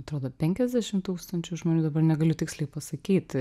atrodo penkiasdešim tūkstančių žmonių dabar negaliu tiksliai pasakyti